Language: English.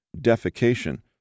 defecation